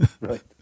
Right